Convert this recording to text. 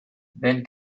then